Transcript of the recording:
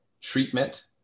treatment